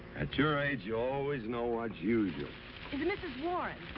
at your age, you always know what's usual. it's mrs. warren!